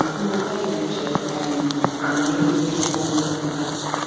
um who will call you on your shit and and make you accountable and make you better.